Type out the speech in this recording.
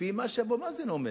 כפי מה שאבו מאזן אומר,